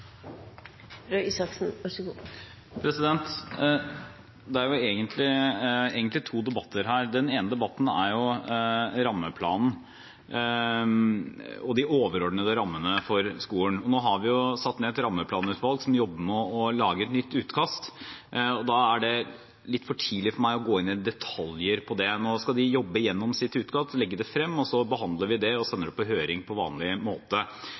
egentlig to debatter her. Den ene debatten handler om rammeplanen og de overordnede rammene for skolen. Nå har vi jo satt ned et rammeplanutvalg, som jobber med å lage et nytt utkast, og da er det litt for tidlig for meg å gå inn i detaljer på det nå. De skal jobbe seg igjennom sitt utkast, legge det frem, og så behandler vi det og sender det på høring på vanlig måte.